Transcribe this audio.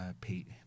pete